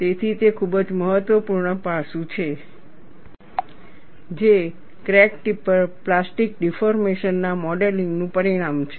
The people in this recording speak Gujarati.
તેથી તે ખૂબ જ મહત્વપૂર્ણ પાસું છે જે ક્રેક ટિપ પર પ્લાસ્ટિક ડિફોર્મેશન ના મોડેલિંગ નું પરિણામ છે